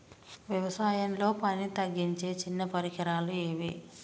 వ్యవసాయంలో పనిని తగ్గించే చిన్న పరికరాలు ఏవి?